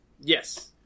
Yes